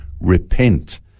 repent